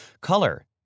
Color